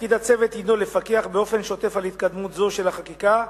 תפקיד הצוות הינו לפקח באופן שוטף על התקדמות זו של החקיקה,